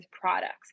products